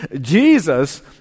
Jesus